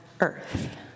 earth